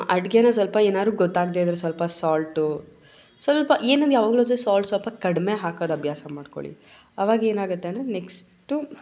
ಅಡುಗೇನ ಸ್ವಲ್ಪ ಏನಾದ್ರೂ ಗೊತ್ತಾಗದೇ ಇದ್ದರೆ ಸ್ವಲ್ಪ ಸಾಲ್ಟು ಸ್ವಲ್ಪ ಏನಂದರೆ ಯಾವಾಗಲೂ ಸಾಲ್ಟು ಸ್ವಲ್ಪ ಕಡಿಮೆ ಹಾಕೋದು ಅಭ್ಯಾಸ ಮಾಡಿಕೊಳ್ಳಿ ಅವಾಗ ಏನಾಗುತ್ತಂದ್ರೆ ನೆಕ್ಸ್ಟು